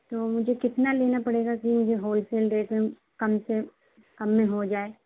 تو مجھے کتنا لینا پڑے گا کہ یہ جو ہول سیل ریٹ میں کم سے کم میں ہو جائے